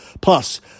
Plus